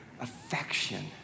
affection